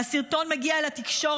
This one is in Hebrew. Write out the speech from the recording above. הסרטון מגיע אל התקשורת,